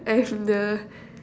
I'm the